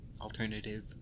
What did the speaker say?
alternative